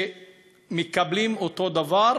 שמקבלים אותו דבר,